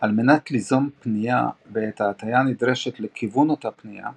על מנת ליזום פנייה ואת ההטיה הנדרשת לכיוון אותה פנייה,